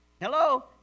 Hello